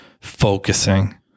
focusing